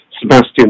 Sebastian